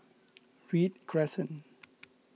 Read Crescent